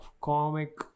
comic